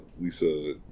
Lisa